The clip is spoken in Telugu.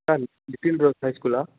సార్ లిటిల్ రోజ్ హై స్కూలా